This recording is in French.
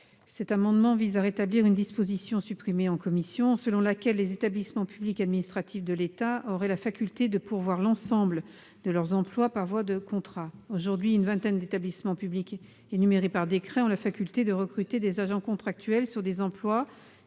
? L'amendement n° 374 vise à rétablir une disposition supprimée en commission, qui permettrait aux établissements publics administratifs de l'État de pourvoir l'ensemble de leurs emplois par voie de contrat. Aujourd'hui, une vingtaine d'établissements publics, énumérés par décret, ont la faculté de recruter des agents contractuels sur des emplois